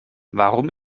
warum